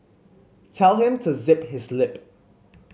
tell him to zip his lip